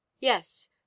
yes